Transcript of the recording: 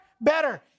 better